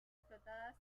explotadas